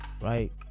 Right